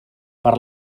per